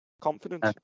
Confidence